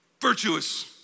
virtuous